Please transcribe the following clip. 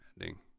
ending